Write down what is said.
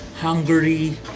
Hungary